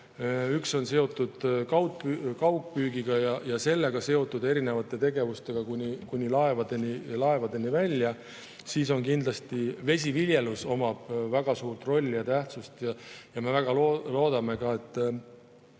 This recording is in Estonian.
üks on seotud kaugpüügi ja sellega seotud tegevustega kuni laevadeni välja. [Teine] on kindlasti vesiviljelus, mis omab väga suurt rolli ja tähtsust, ja me väga loodame, et